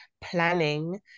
planning